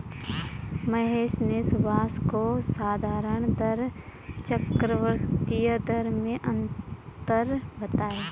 महेश ने सुभाष को साधारण दर चक्रवर्ती दर में अंतर बताएं